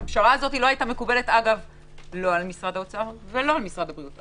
הפשרה הזאת לא היתה מקובלת לא על משרד האוצר ולא על משרד הבריאות.